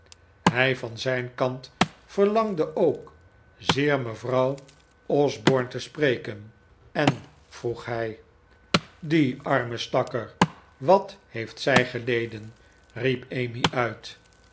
hij van zijn kant verlangde ook zeer mevrouw osborne te spreken en vroeg hij die arme stakker wat heeft zij geleden riep emmy uit